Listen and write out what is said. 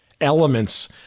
elements